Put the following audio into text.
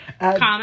Comment